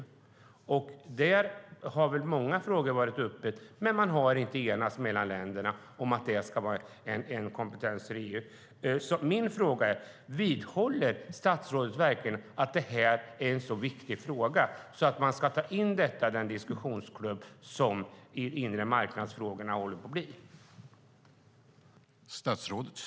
I detta sammanhang har många frågor tagits upp, men man har inte enats mellan länderna om att EU ska ha kompetens att besluta om det. Jag vill därför fråga: Vidhåller statsrådet verkligen att detta är en så viktig fråga att man ska ta in den i den diskussionsklubb som håller på att bildas när det gäller de inre marknadsfrågorna?